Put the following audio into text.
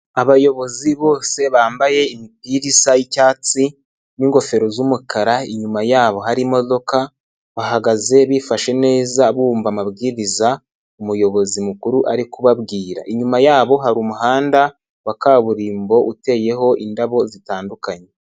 Abayobozi bose bambaye imipira isa y'icyatsi n'ingofero z'umukara. Inyuma yabo hari imodoka bahagaze bifashe neza bumva amabwiriza umuyobozi mukuru ari kubabwira. Inyuma yabo hari umuhanda wa kaburimbo uteyeho indabo zitandukanye.